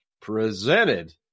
presented